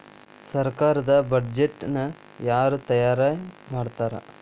ಸರ್ಕಾರದ್ ಬಡ್ಜೆಟ್ ನ ಯಾರ್ ತಯಾರಿ ಮಾಡ್ತಾರ್?